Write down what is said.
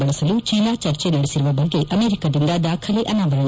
ಬಳಸಲು ಚೀನಾ ಚರ್ಚೆ ನಡೆಸಿರುವ ಬಗ್ಗೆ ಅಮೆರಿಕಾದಿಂದ ದಾಖಲೆ ಅನಾವರಣ